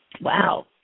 Wow